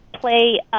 play